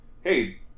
hey